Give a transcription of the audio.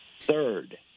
Third